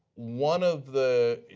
one of the,